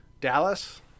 dallas